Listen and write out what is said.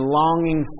longing